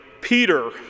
Peter